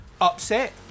upset